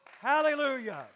Hallelujah